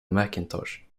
macintosh